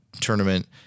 tournament